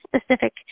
specific